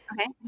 okay